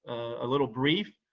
a little brief,